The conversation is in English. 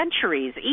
centuries